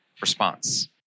response